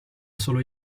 solo